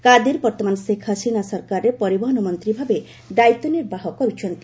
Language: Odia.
କାଦିର ବର୍ତ୍ତମାନ ଶେଖ୍ ହସିନା ସରକାରରେ ପରିବହନ ମନ୍ତ୍ରୀ ଭାବେ ଦାୟିତ୍ୱ ନିର୍ବାହ କରୁଛନ୍ତି